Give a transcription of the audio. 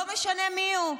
לא משנה מיהו.